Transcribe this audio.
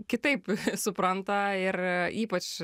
kitaip supranta ir ypač